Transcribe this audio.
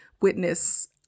witness